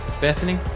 Bethany